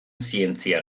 zientzia